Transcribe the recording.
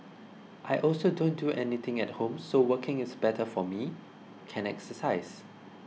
I also don't do anything at home so working is better for me can exercise